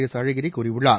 S Alagiri கூறியுள்ளார்